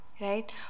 right